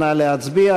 נא להצביע.